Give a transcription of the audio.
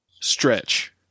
stretch